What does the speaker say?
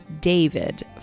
David